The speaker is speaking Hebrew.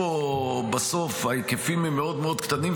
בסוף ההיקפים מאוד מאוד קטנים,